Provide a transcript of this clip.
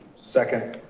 second.